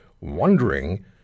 wondering